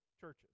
churches